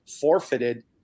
forfeited